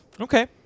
Okay